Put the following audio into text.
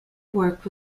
work